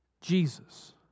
Jesus